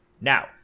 Now